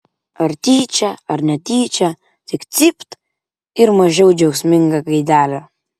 ar tyčia ar netyčia tik cypt ir mažiau džiaugsminga gaidelė